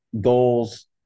goals